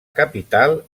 capital